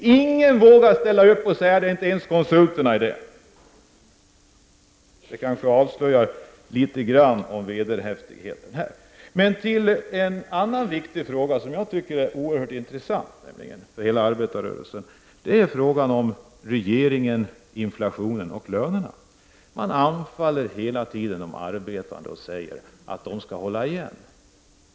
Ingen vågar ställa upp och säga det, inte ens konsulterna i ärendet. Det kanske avslöjar litet grand om vederhäftigheten här. En annan fråga som jag tycker är intressant för hela arbetarrörelsen är frågan om regeringen, inflationen och lönerna. Man angriper hela tiden de arbetande och säger att de skall hålla igen.